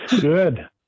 good